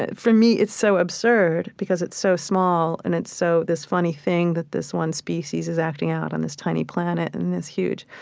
ah for me, it's so absurd, because it's so small and it's so this funny thing that this one species is acting out on this tiny planet in this huge,